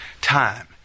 time